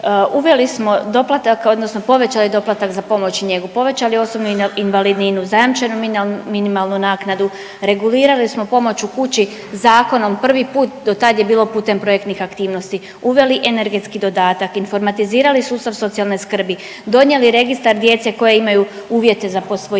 uveli smo doplatak odnosno povećali doplatak za pomoć i njegu, povećali osobnu invalidninu, zajamčenu minimalnu naknadu, regulirali smo pomoć u kući zakonom prvi put, do tad je bilo putem projektnih aktivnosti, uveli energetski dodatak, informatizirali sustav socijalne skrbi, donijeli registar djece koja imaju uvjete za posvojenje,